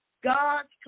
God's